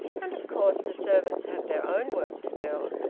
and of course the servants have their own work to do.